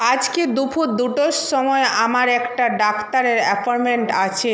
আজকে দুপুর দুটোর সময় আমার একটা ডাক্তারের অ্যাপয়েন্টমেন্ট আছে